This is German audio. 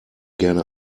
gerne